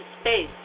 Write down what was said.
space